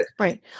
Right